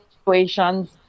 situations